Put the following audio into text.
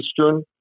Eastern